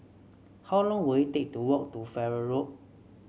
how long will it take to walk to Farrer Road